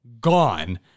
Gone